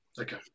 Okay